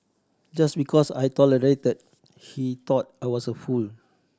just because I tolerated he thought I was a fool